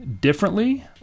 differently